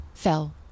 fell